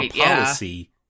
policy